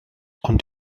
ond